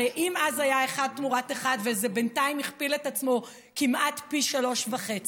הרי אם אז היה אחד תמורת אחד וזה בינתיים הכפיל את עצמו כמעט פי 3.5,